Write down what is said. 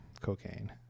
cocaine